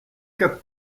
quatre